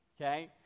okay